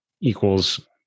equals